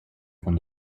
von